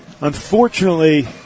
Unfortunately